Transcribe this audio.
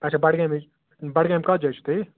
اچھا بڈگامہِ بڈگامہِ کَتھ جایہِ چھُو تۄہہِ